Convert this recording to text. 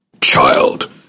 Child